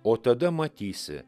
o tada matysi